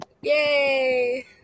yay